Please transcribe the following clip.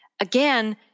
Again